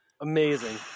Amazing